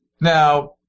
Now